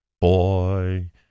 boy